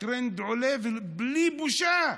והטרנד עולה בלי בושה.